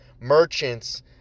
merchants